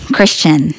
Christian